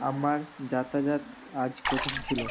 আমার যাতায়াত আজ কঠিন ছিল